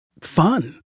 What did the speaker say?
fun